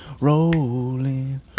rolling